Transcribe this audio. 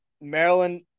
Maryland